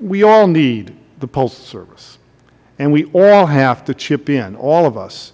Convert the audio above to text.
we all need the postal service and we all have to chip in all of us